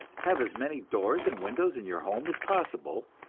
have as many doors and windows in your home as possible,